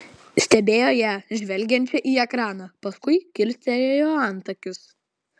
stebėjo ją žvelgiančią į ekraną paskui kilstelėjo antakius